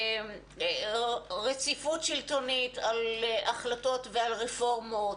רציפות שלטונית על החלטות ועל רפורמות.